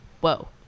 whoa